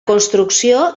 construcció